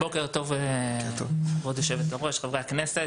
בוקר טוב כבוד יושבת-הראש, חברי הכנסת.